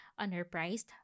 underpriced